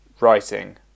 writing